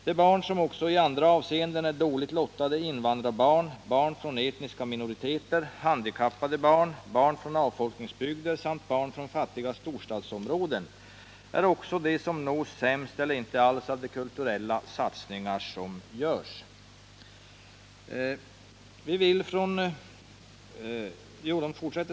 De barn som också i andra avseenden är dåligt lottade — invandrarbarn, barn från etniska minoriteter, handikappade barn, barn från avfolkningsbygder, samt barn från fattiga storstadsområden — är också de som nås sämst eller inte alls av de kulturella satsningar som görs.